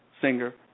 singer